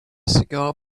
cigar